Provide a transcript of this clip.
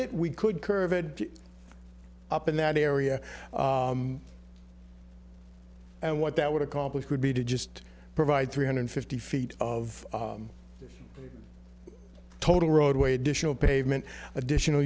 it we could curve it up in that area and what that would accomplish would be to just provide three hundred fifty feet of total roadway additional pavement additional